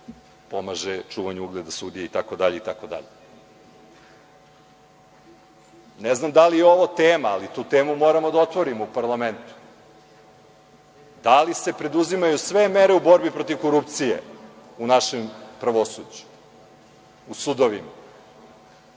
pomaže čuvanju ugleda sudije itd, itd. Ne znam da li je ovo tema, ali tu temu moramo da otvorimo u parlamentu. Da li se preduzimaju sve mere u borbi protiv korupcije u našem pravosuđu u sudovima